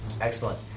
Excellent